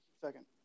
Second